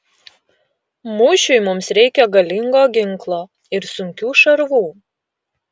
mūšiui mums reikia galingo ginklo ir sunkių šarvų